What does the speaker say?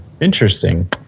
Interesting